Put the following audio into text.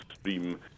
stream